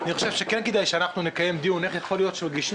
אני חושב שכדאי שנקיים דיון איך יכול להיות שמגישים